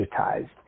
digitized